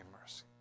mercy